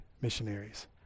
missionaries